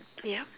yup